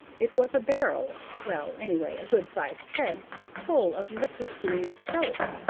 it was a barrel well, anyway, a good sized keg full of liquid green soap!